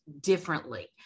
differently